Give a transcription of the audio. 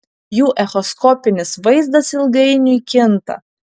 jų echoskopinis vaizdas ilgainiui kinta